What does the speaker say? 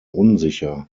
unsicher